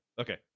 Okay